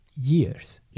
years